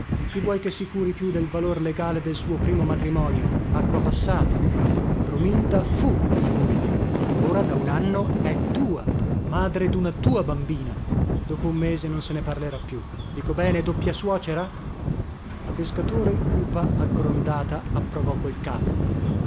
chi vuoi che si curi più del valor legale del suo primo matrimonio acqua passata romilda fu mia moglie ora da un anno è tua madre duna tua bambina dopo un mese non se ne parlerà più dico bene doppia suocera la pescatore cupa aggrondata approvò col capo